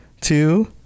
Two